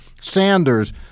Sanders